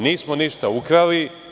Nismo ništa ukrali.